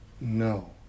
no